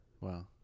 wow